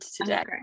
today